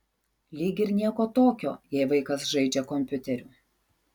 lyg ir nieko tokio jei vaikas žaidžia kompiuteriu